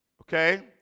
okay